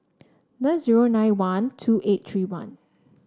nine zero nine one two eight three one